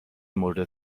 مورد